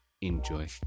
enjoy